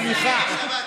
סליחה.